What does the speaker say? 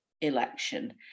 election